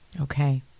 Okay